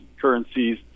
currencies